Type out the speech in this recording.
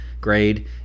grade